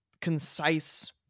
concise